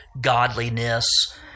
godliness